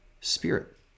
Spirit